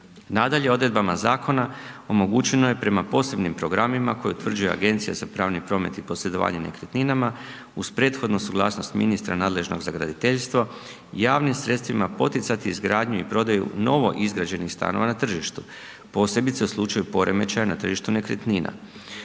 Nadalje, odredbama zakona omogućeno je prema posebnim programima koje utvrđuje Agencija za pravni promet i posredovanje nekretninama uz prethodnu suglasnost ministra nadležnog za graditeljstvo, javnim sredstvima poticati izgradnju i prodaju novoizgrađenih stanova na tržištu posebice u slučaju poremećaja na tržištu nekretnina,